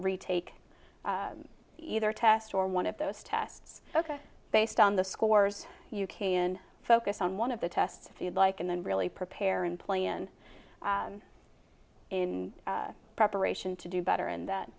retake either test or one of those tests ok based on the scores you can focus on one of the tests if you like and then really prepare and plan in preparation to do better and that